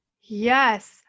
Yes